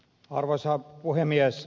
arvoisa puhemies